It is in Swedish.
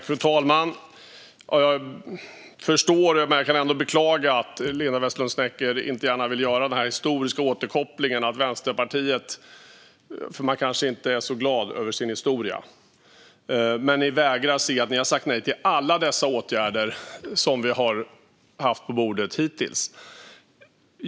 Fru talman! Jag förstår men kan ändå beklaga att Linda Westerlund Snecker inte gärna vill se den historiska kopplingen. I Vänsterpartiet är man kanske inte så glad över sin historia. Men ni vägrar se att ni har sagt nej till alla åtgärder som vi hittills har haft på bordet.